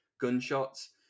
gunshots